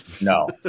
no